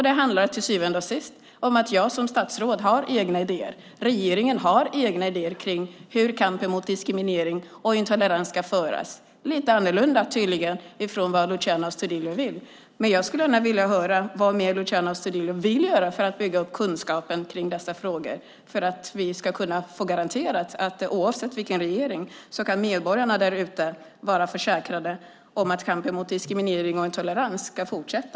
Det handlar till syvende och sist om att jag som statsråd har egna idéer. Regeringen har egna idéer om hur kampen mot diskriminering och intolerans ska föras. De är tydligen lite annorlunda än vad Luciano Astudillo vill. Jag skulle gärna vilja höra vad Luciano Astudillo mer vill göra för att bygga upp kunskapen om dessa frågor så att vi kan få garanterat att oavsett vilken regering vi får kan medborgarna där ute vara försäkrade om att kampen mot diskriminering och intolerans ska fortsätta.